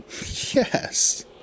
Yes